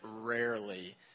rarely